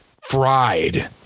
fried